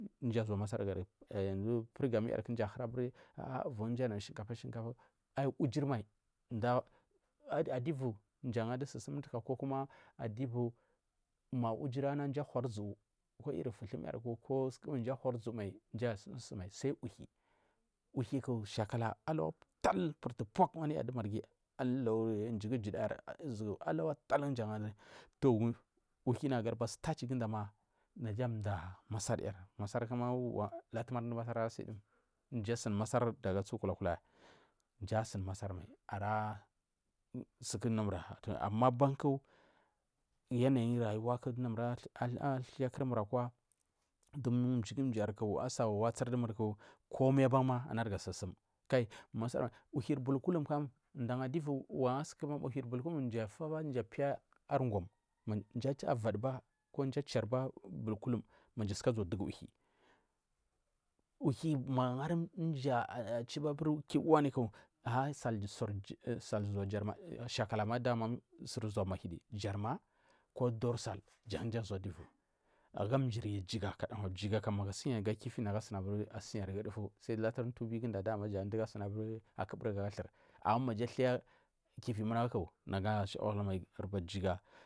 yanzu pugani yarku ɗudu mdu aɦuri aburi avun dumur anu sɦinkafa ai abur wujur mai adwu mdu aga aburi sur sumri umtuka ma ujun na mdu ahua uzu ko ma futhum ana mji asum mai sai uhuwi sɦakali alawa tae puck wuduya ndu manghi lau mji gu igada yar izge to uhuwi gadubari starchi gu nda ma gamasar yar mdu asuni masar daga kulakulaya mji asun masar mai ama aɓaku yanayi rayuwa dumur athai kur mur akwa du mjigu mjiyarku asa waisar du murku komai banma asharya sur sum uhun buliku danda mji afaɓa mji afiya ar gum mji ayaduba ko kuma mji achaduba ma mji suka aguwa ndugu uhuwi magu angari ukigu waniku sal zna jarma dun gaɗubac jama jagu sir gna zal maja aga kifi jan dugu anu aburi nagu abur nagu asiyari nɗufu ama maja athai kifi mungai ku wazada jiga.